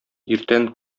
иртән